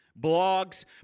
blogs